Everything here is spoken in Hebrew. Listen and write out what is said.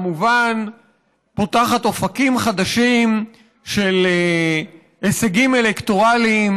כמובן פותחת אופקים חדשים של הישגים אלקטורליים